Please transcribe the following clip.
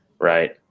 right